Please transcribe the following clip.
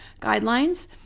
guidelines